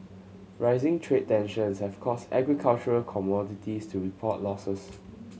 rising trade tensions have caused agricultural commodities to report losses